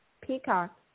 Peacock